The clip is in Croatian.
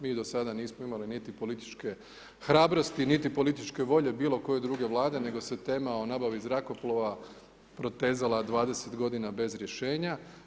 Mi do sada nismo imali niti političke hrabrosti, niti političke volje bilo koje druge vlade, nego se tema o nabavi zrakoplova, protezala 20 g. bez rješenja.